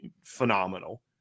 phenomenal